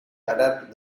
adapt